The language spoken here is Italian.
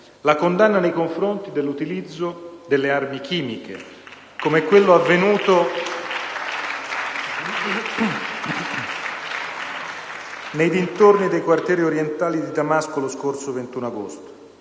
informale, nei confronti dell'utilizzo delle armi chimiche, come quello avvenuto nei dintorni dei quartieri orientali di Damasco lo scorso 21 agosto